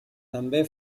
també